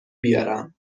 بیارم